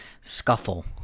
scuffle